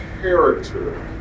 character